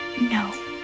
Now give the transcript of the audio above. No